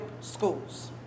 schools